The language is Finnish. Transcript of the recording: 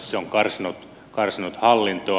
se on karsinut hallintoa